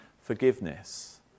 forgiveness